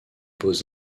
beaux